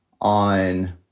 on